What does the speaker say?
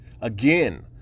again